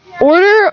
order